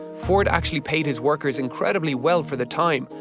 ford actually paid his workers incredibly well for the time,